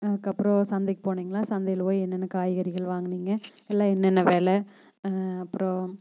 அதுக்கு அப்புறம் சந்தைக்கு போனீங்களா சந்தையில் போய் என்னென்ன காய்கறிகள் வாங்குனீங்க எல்லாம் என்னென்ன வில அப்புறம்